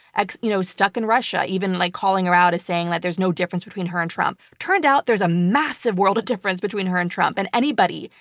like you know stuck in russia, even like calling her out and saying that there's no difference between her and trump. turned out there's a massive world of difference between her and trump, and anybody,